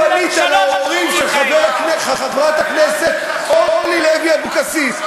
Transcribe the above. אתה פנית להורים של חברת הכנסת אורלי לוי אבקסיס,